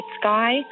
sky